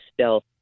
stealth